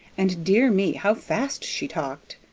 and, dear me, how fast she talked!